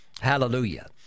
Hallelujah